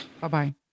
Bye-bye